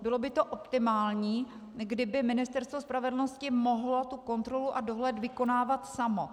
Bylo by optimální, kdyby Ministerstvo spravedlnosti mohlo tu kontrolu a dohled vykonávat samo.